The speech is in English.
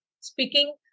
speaking